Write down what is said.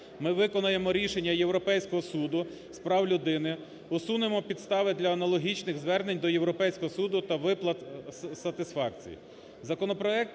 ми виконаємо рішення Європейського Суду з прав людини, усунемо підстави для аналогічних звернень до Європейського Суду та виплат сатисфакції.